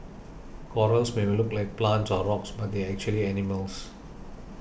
corals may look like plants or rocks but they are actually animals